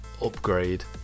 upgrade